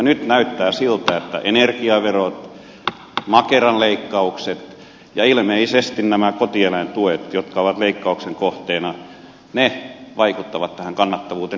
nyt näyttää siltä että energiaverot makeran leikkaukset ja ilmeisesti nämä kotieläintuet jotka ovat leikkauksen kohteena vaikuttavat tähän kannattavuuteen